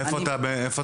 מאיפה אתה בארץ?